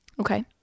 okay